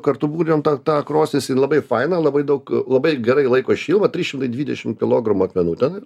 kartu būrėm tą tą krosnis ir labai faina labai daug labai gerai laiko šilumą trys šimtai dvidešim kilogramų akmenų ten